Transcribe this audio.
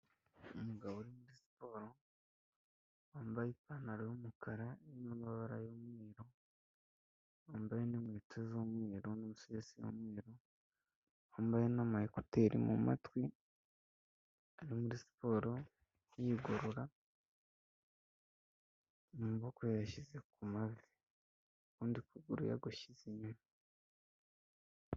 Umugabo uri muri siporo; wambaye ipantaro y'umukara irimo amabara y'umweru, wambaye n'inkweto z'umweru n'amasogisi y'umweru, wambaye n'amayekuteri mu matwi, ari muri siporo yigorora, amaboko yayashyize ku mavi ukundi kuguru yagushyize inyuma.